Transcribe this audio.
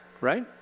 right